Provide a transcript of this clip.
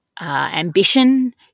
ambition